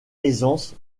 aisance